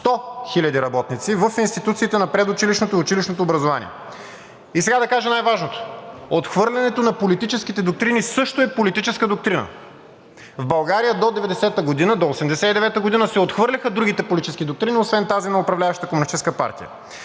100 хиляди работници в институциите на предучилищното и училищното образование. И сега да кажа най-важното – отхвърлянето на политическите доктрини също е политическа доктрина. В България до 1989 г. се отхвърляха другите политически доктрини освен тази на управляващата